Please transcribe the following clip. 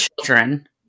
children